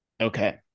Okay